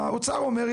האוצר אומר,